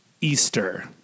Easter